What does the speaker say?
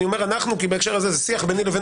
אני אומר אנחנו כי בהקשר הזה זה שיח ביני לבין